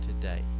today